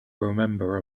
remember